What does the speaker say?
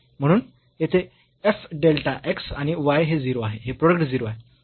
म्हणून येथे f delta x आणि y हे 0 आहे हे प्रोडक्ट 0 आहे